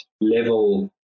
level